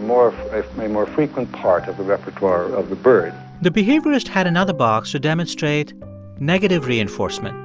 more a more frequent part of the repertoire of the bird the behaviorist had another box to demonstrate negative reinforcement.